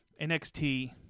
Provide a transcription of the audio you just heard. NXT